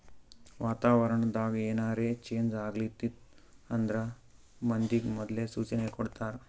ವಾತಾವರಣ್ ದಾಗ್ ಏನರೆ ಚೇಂಜ್ ಆಗ್ಲತಿತ್ತು ಅಂದ್ರ ಮಂದಿಗ್ ಮೊದ್ಲೇ ಸೂಚನೆ ಕೊಡ್ತಾರ್